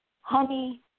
Honey